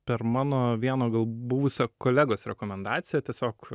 per mano vieno buvusio kolegos rekomendaciją tiesiog